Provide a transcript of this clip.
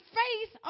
faith